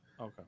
Okay